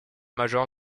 major